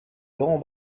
laurent